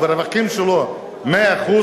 הרווחים שלו 100%,